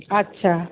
আচ্ছা